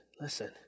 listen